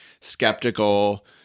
skeptical